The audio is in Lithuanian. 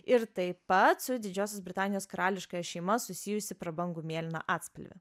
ir taip pat su didžiosios britanijos karališkąja šeima susijusį prabangų mėlyną atspalvį